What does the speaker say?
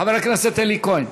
חבר הכנסת אלי כהן.